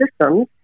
systems